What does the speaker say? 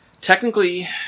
technically